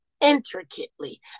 intricately